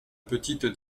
petite